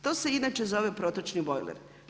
To se inače zove protočni bojler.